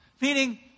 Meaning